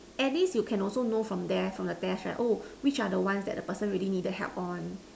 at least you can also know from there from the test right which are the one that the person really needed help on